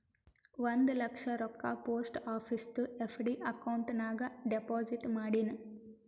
ಒಂದ್ ಲಕ್ಷ ರೊಕ್ಕಾ post ಆಫೀಸ್ದು FD account ನಾಗ್ deposit ಮಾಡಿನ್